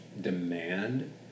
demand